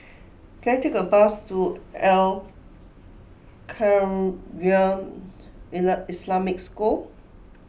can I take a bus to Al Khairiah Islamic School